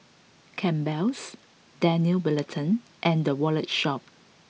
Campbell's Daniel Wellington and The Wallet Shop